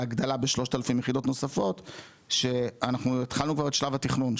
להגדלה ב-3,000 יחידות נוספות שאנחנו התחלנו כבר את שלב התכנון,